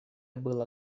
было